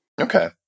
Okay